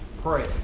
pray